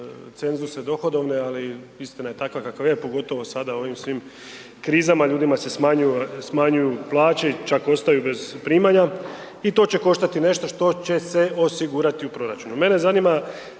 cenzuse dohodovne, ali istina je takva kakva je pogotovo sada u ovim svim krizama, ljudima se smanjuju plaće, čak ostaju bez primanja i to će koštati nešto što će se osigurati u proračunu.